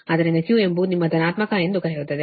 ಆದ್ದರಿಂದ Q ಎಂಬುದು ನಿಮ್ಮ ಧನಾತ್ಮಕ ಎಂದು ಕರೆಯುತ್ತದೆ